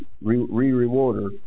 re-rewarder